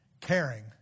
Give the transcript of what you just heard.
caring